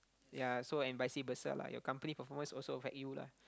ya so and vice versa lah your company performance also affect you lah